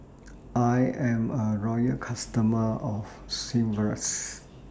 I'm A Loyal customer of Sigvaris